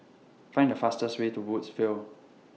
Find The fastest Way to Woodsville